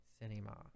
cinema